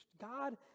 God